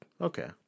Okay